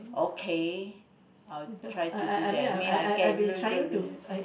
okay I'll try to do that I mean I get